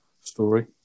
story